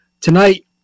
tonight